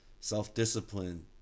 self-discipline